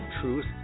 Truth